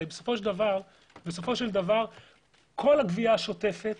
הרי בסופו של דבר כל הגבייה השוטפת